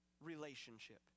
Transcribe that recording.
relationship